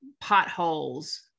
potholes